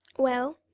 well,